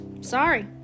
Sorry